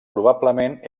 probablement